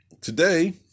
Today